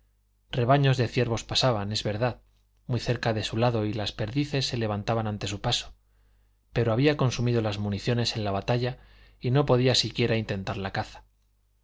rebaños de ciervos pasaban es verdad muy cerca de su lado y las perdices se levantaban ante su paso pero había consumido sus municiones en la batalla y no podía siquiera intentar la caza